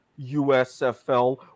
USFL